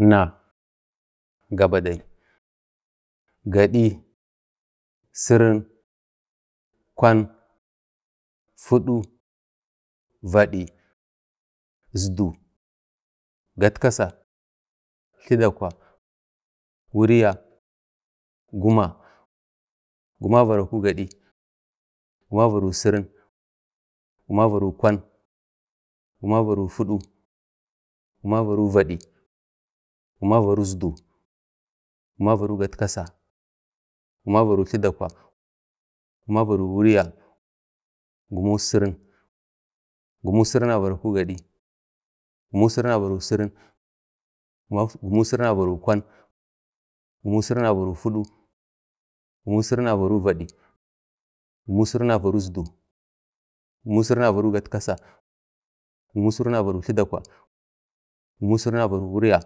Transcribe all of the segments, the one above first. Na gabadai gadi, sirin, kwan, fudu, vad, isdu, gatkasa, tladakwa, wuliya, guma, guma varako gadi, guma vara sirin, guma varo gadi, guma varo sirin, guma varo kwan, guma varo, fudu, guma varo vad, guma varo isdu, guma varo gatkasa, guma varo tladakwa, gumavaro wulya, gumuk sirin, gumuk sirin avarako gadi, gumuk sirin avaro sirin, gumuk sirin avaro kwan, gumuk sirin avaro fudu, gumuk sirin avaro vad, gumuk sirin avaro isdu, gumuk sirin avaro gatkasa, gumuk sirin avaro tladakwa, gumuk sirin avaro wulya,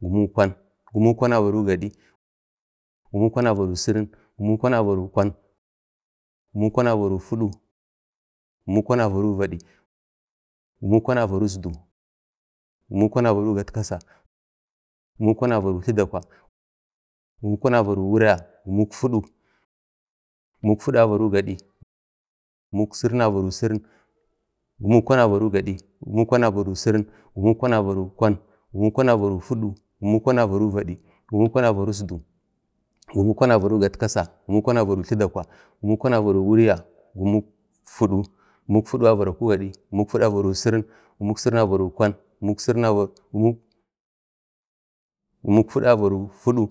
gumukwan, gumukwan avaro gadi, gumukwan avaro sirin, gumukwan avaro kwan, gumukwan avaro fudu, gumukwan avaro vad, gumukwan avaro isu, gumukwan avaro gatkasa, gumukwan avaro tladakwa, gumukwan avaro wulya, gumuk fudu, gumuk kwan avaro gadi, gumuk sirin avaro sirin, gumukwan avaro gadi, gumukwan sirin avaro sirin, gumuk sirin avaro kwan, gumuk fudu avaro fudu, gumuk fudu avro vad, gumuk fadu avaro isdu, gumuk fudu avaro gatkasa, gumuk fudu avaro tladakwa, gumuk fudu avaro wulya, gumuk vad, gumuk vad avaro gadi, gumuk vad avaro sirin, gumuk vad avaro kwan, gumuk vad avaro fudu,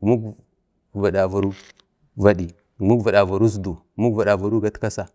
gumuk vad avaro vad, gumuk vad avaro isdu, gumuk vad avaro gatkasa